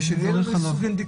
אני מברך עליו.